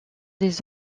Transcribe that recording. des